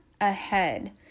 ahead